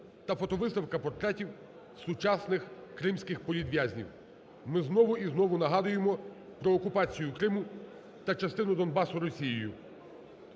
та фотовиставка портретів сучасних кримських політв'язнів. Ми знову і знову нагадуємо про окупацію Криму та частину Донбасу Росією.